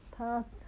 他